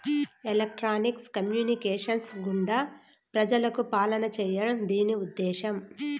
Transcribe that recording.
electronics communications గుండా ప్రజలకు పాలన చేయడం దీని ఉద్దేశం